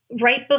right